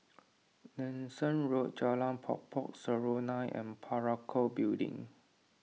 Nanson Road Jalan Pokok Serunai and Parakou Building